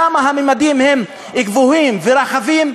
שם הממדים הם גבוהים ורחבים,